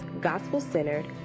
gospel-centered